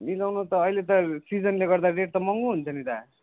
मिलाउन त अहिले त सिजनले गर्दा रेट त महँगो हुन्छ नि दा